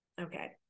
okay